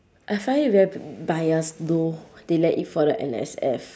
I find it very bias though they let it for the N S F